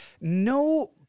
No